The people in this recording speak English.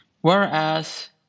Whereas